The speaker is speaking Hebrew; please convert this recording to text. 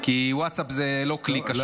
כי ווטסאפ הוא לא כלי כשר.